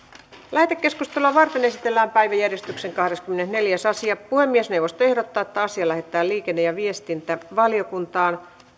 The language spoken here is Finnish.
lähetekeskustelua varten esitellään päiväjärjestyksen kahdeskymmenesneljäs asia puhemiesneuvosto ehdottaa että asia lähetetään liikenne ja viestintävaliokuntaan